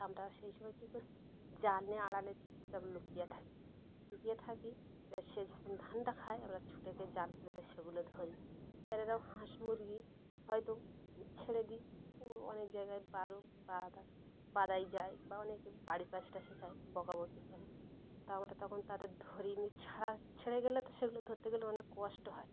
তা আমরা সেই সময় কী করি জাল নিয়ে আড়ালে চুপ চাপ লুকিয়ে থাকি লুকিয়ে থাকি এবার সে যখন ধানটা খায় আমরা ছুটে গিয়ে জাল ফেলে দ সেগুলো ধরি এবার এরকম হাঁস মুরগি হয়তো ছেড়ে দিই অনেক জায়গায় যায় বা অনেকে বাড়ির পাশে টাশে যায় বকা বকি করে তা আমরা তখন তাদের ধরি উনি ছাড়া ছেড়ে গেলে তো সেগুলো ধরতে গেলে অনেক কষ্ট হয়